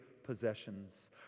possessions